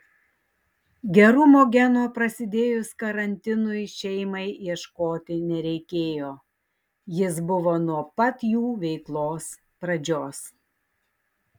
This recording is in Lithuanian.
gerumo geno prasidėjus karantinui šeimai ieškoti nereikėjo jis buvo nuo pat jų veiklos pradžios